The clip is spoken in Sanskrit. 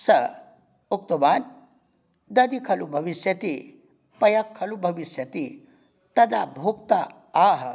सः उक्तवान् दधि खलु भविष्यति पयः खलु भविष्यति तदा भोक्ता आह